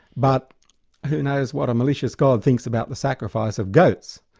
but who knows what a malicious god thinks about the sacrifice of goats?